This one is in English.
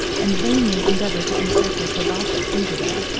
and vainly endeavour to insert their proboscis into them.